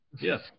Yes